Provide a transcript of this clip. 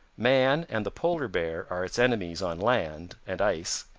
man and the polar bear are its enemies on land and ice,